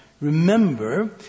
remember